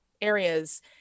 areas